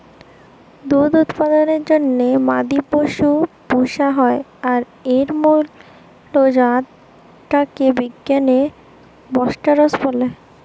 দুধ উৎপাদনের জন্যে মাদি পশু পুশা হয় আর এর মুল জাত টা কে বিজ্ঞানে বস্টরস বলে